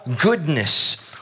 goodness